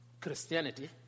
Christianity